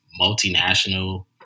multinational